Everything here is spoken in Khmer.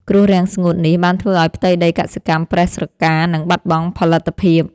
គ្រោះរាំងស្ងួតនេះ បានធ្វើឱ្យផ្ទៃដីកសិកម្មប្រេះស្រកា និងបាត់បង់ផលិតភាព។